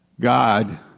God